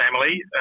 family